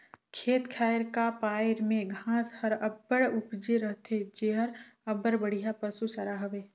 खेत खाएर का पाएर में घांस हर अब्बड़ उपजे रहथे जेहर अब्बड़ बड़िहा पसु चारा हवे